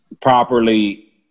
properly